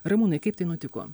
ramūnai kaip tai nutiko